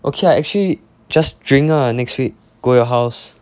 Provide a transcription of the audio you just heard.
okay ah actually just drink ah next week go your house